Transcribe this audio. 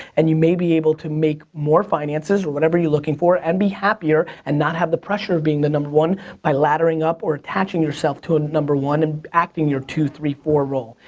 and you may be able to make more finances, or whatever you're looking for, and be happier and not have the pressure of being the number one by laddering up or attaching yourself to a number one and acting your two, three, four role.